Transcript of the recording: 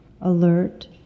alert